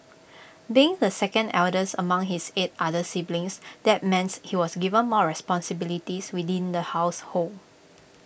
being the second eldest among his eight other siblings that means he was given more responsibilities within the household